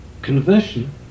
Conversion